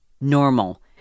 normal